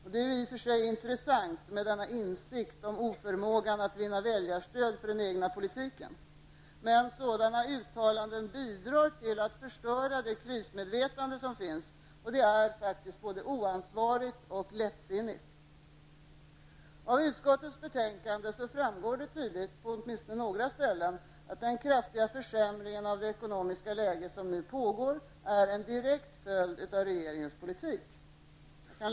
Det är i och för sig intressant med denna insikt om oförmågan att vinna väljarstöd för den egna politiken. Men sådana uttalanden bidrar till att förstöra det krismedvetande som finns, och det är faktiskt både oansvarigt och lättsinnigt. Av utskottets betänkande framgår det tydligt, åtminstone på några ställen, att den kraftiga försämringen av det ekonomiska läget som nu pågår är en direkt följd av regeringens politik.